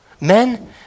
Men